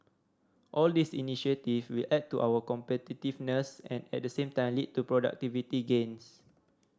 all these initiative will add to our competitiveness and at the same time lead to productivity gains